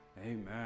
Amen